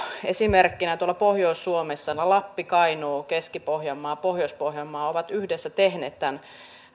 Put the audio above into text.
esimerkkinä tuolla pohjois suomessa lappi kainuu keski pohjanmaa pohjois pohjanmaa ovat yhdessä tehneet tämän